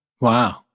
Wow